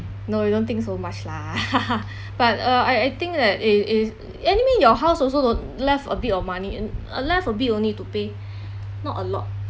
no you don't think so much lah but uh I I think that it is anyway your house also got left a bit of money in uh left a bit only to pay not a lot